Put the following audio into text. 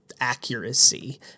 accuracy